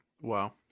Wow